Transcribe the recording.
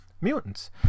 mutants